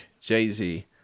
Jay-Z